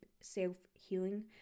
self-healing